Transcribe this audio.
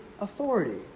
authority